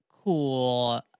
cool